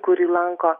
kurį lanko